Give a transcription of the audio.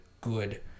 good